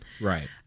Right